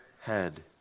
head